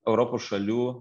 europos šalių